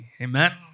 Amen